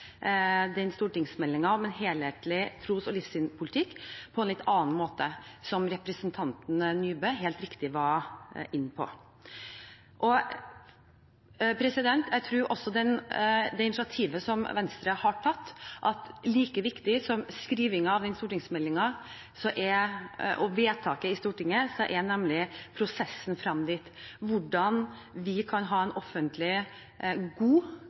om en helhetlig tros- og livssynspolitikk på en litt annen måte, som representanten Nybø helt riktig var inne på. Jeg tror også at like viktig som skrivingen av stortingsmeldingen og vedtaket i Stortinget, er prosessen fram dit. Hvordan kan vi ha en offentlig, god